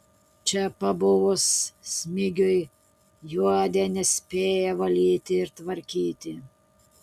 čia pabuvus smigiui juodė nespėja valyti ir tvarkyti